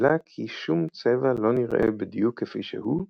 וגילה כי "שום צבע לא נראה בדיוק כפי שהוא,